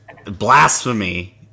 Blasphemy